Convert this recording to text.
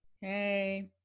Hey